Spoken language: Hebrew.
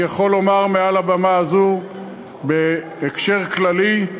אני יכול לומר מעל הבמה הזאת, בהקשר כללי,